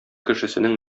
кешесенең